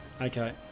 Okay